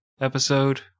episode